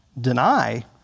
deny